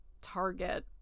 target